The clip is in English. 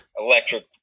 electric